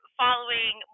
following